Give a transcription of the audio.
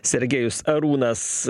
sergėjus arūnas